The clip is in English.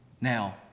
Now